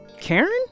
Karen